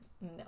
no